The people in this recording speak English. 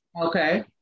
Okay